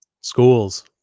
schools